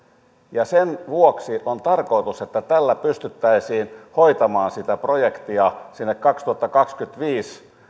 ja sen vuoksi on tarkoitus että tällä pystyttäisiin hoitamaan sitä projektia sinne kaksituhattakaksikymmentäviisi